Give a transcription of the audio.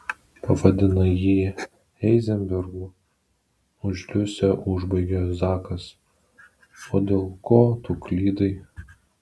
pavadinai jį heizenbergu už liusę užbaigė zakas o dėl ko tu klydai